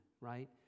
right